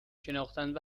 شناختند